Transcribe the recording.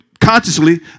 consciously